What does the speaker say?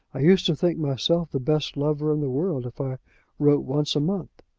i used to think myself the best lover in the world if i wrote once a month.